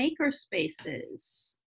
makerspaces